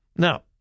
Now